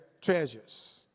Treasures